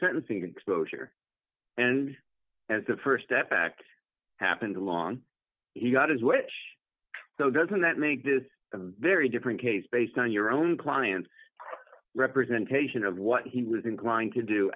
sentencing exposure and as the st step back happens along he got his wish so doesn't that make this a very different case based on your own client's representation of what he was inclined to do